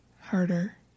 harder